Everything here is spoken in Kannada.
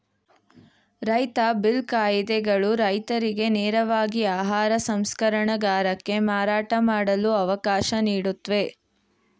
ರೈತ ಬಿಲ್ ಕಾಯಿದೆಗಳು ರೈತರಿಗೆ ನೇರವಾಗಿ ಆಹಾರ ಸಂಸ್ಕರಣಗಾರಕ್ಕೆ ಮಾರಾಟ ಮಾಡಲು ಅವಕಾಶ ನೀಡುತ್ವೆ